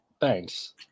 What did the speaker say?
Thanks